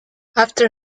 after